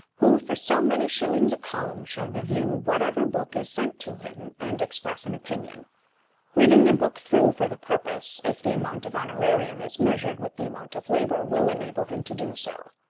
who for so many shillings a column shall review whatever book is sent to him and express an opinion reading the book through for the purpose, if the amount of honorarium as measured with the amount of labour will enable him to do so.